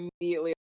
immediately